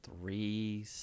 Three